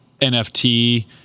NFT